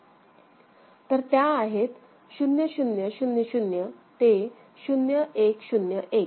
तर त्या आहेत 0 0 0 0 ते 0 1 0 1